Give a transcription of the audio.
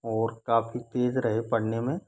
और काफ़ी तेज रहे पढ़ने में